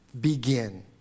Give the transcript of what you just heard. begin